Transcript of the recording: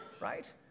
right